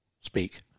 speak